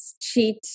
cheat